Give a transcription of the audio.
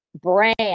Brand